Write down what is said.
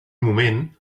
moment